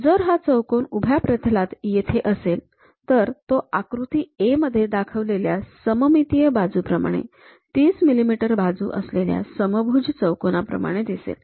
जर हा चौकोन उभ्या प्रतलात येथे असेल तर तो आकृती A मध्ये दाखवलेल्या सममितीय बाजू प्रमाणे ३०मिमी बाजू असलेल्या समभुज चौकोना प्रमाणे दिसेल